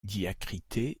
diacritée